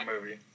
movie